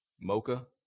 Mocha